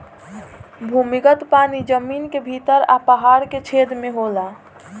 भूमिगत पानी जमीन के भीतर आ पहाड़ के छेद में होला